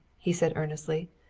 he said earnestly.